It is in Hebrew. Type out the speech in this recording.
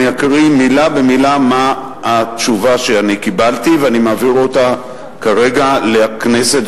אני אקריא מלה במלה את התשובה שקיבלתי ואני מעביר אותה כרגע לכנסת.